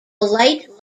light